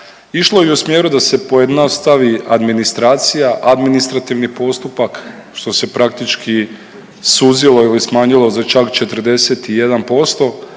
išlo i u smjeru da se pojednostavi administracija, administrativni postupak što se praktički suzilo ili smanjilo za čak 41%